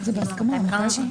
הפסקה של חמש דקות.